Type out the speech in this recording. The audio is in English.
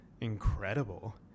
incredible